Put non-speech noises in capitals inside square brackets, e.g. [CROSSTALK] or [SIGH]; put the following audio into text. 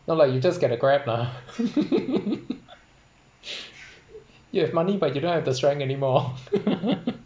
now like you just get a grab lah [LAUGHS] you have money but you don't have the strength anymore [LAUGHS]